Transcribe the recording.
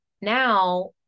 now